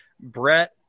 Brett